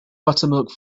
buttermilk